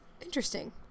Interesting